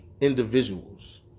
individuals